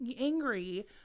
angry